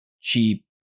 cheap